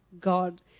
God